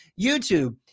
YouTube